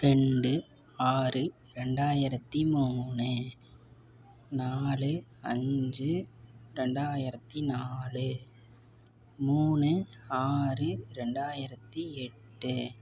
ரெண்டு ஆறு ரெண்டாயரத்து மூணு நாலு அஞ்சு ரெண்டாயரத்து நாலு மூணு ஆறு ரெண்டாயரத்து எட்டு